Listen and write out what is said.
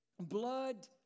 blood